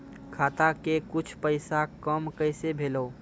खाता के कुछ पैसा काम कैसा भेलौ?